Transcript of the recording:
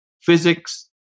physics